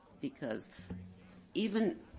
because even,